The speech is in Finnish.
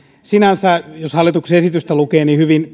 sinänsä jos hallituksen esitystä lukee hyvin